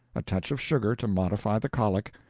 a touch of sugar to modify the colic,